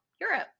Europe